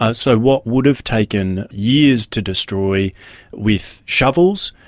ah so what would have taken years to destroy with shovels,